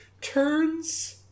turns